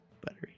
Buttery